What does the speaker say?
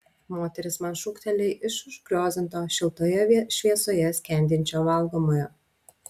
moteris man šūkteli iš užgriozdinto šiltoje šviesoje skendinčio valgomojo